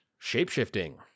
shape-shifting